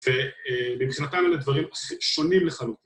‫ומבחינתם אלה דברים שונים לחלוטין.